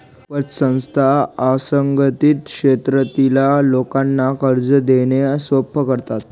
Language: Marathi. पतसंस्था असंघटित क्षेत्रातील लोकांना कर्ज देणे सोपे करतात